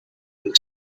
with